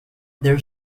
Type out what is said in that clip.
their